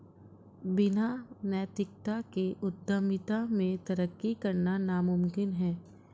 बिना नैतिकता के उद्यमिता में तरक्की करना नामुमकिन है